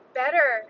better